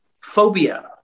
phobia